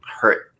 hurt –